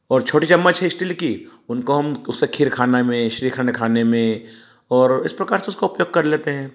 और छोटी चम्मच है स्टील की उनको हम उससे खीर खाने में श्रीखंड खाने में और इस प्रकार से उसका उपयोग कर लेते हैं